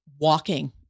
walking